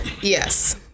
Yes